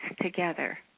together